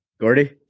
Gordy